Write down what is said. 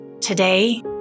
Today